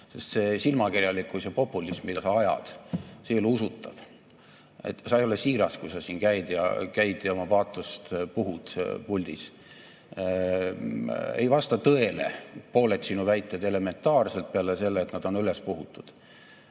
Sest see silmakirjalikkus ja populism, mida sa ajad, ei ole usutav. Sa ei ole siiras, kui sa siin käid ja oma paatost puhud puldis. Ei vasta tõele pooled sinu väited elementaarselt, peale selle, et nad on ülespuhutud.